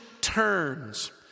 turns